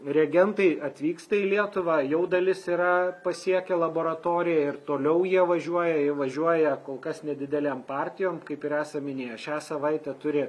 reagentai atvyksta į lietuvą jau dalis yra pasiekę laboratoriją ir toliau jie važiuoja i važiuoja kol kas nedidelėm partijom kaip ir esam minėję šią savaitę turi